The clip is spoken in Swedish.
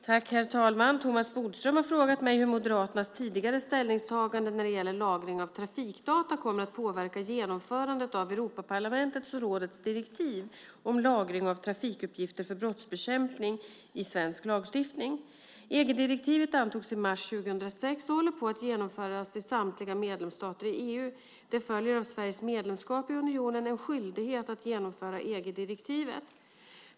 Herr talman! Thomas Bodström har frågat mig hur Moderaternas tidigare ställningstagande när det gäller lagring av trafikdata kommer att påverka genomförandet av Europaparlamentets och rådets direktiv om lagring av trafikuppgifter för brottsbekämpning, EG-direktivet, i svensk lagstiftning. EG-direktivet antogs i mars 2006 och håller på att genomföras i samtliga medlemsstater i EU. Det följer av Sveriges medlemskap i unionen en skyldighet att genomföra EG-direktivet.